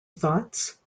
thoughts